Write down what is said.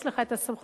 יש לך הסמכות,